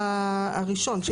כל הדברים האלה.